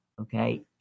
okay